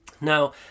Now